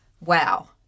wow